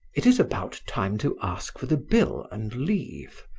it is about time to ask for the bill and leave,